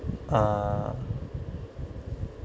ah